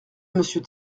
monsieur